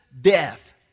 death